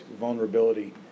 vulnerability